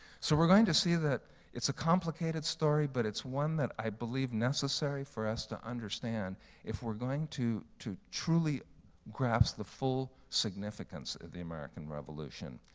so we're going to see that it's a complicated story, but it's one that i believe necessary for us to understand if we're going to to truly grasp the full significance of the american revolution.